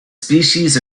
species